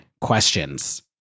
questions